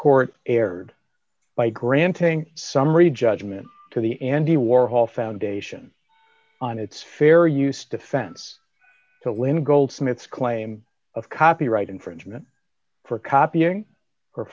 court erred by granting summary judgment to the andy warhol foundation on its fair use defense to win goldsmiths claim of copyright infringement for copying or